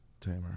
Tamer